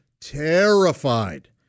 terrified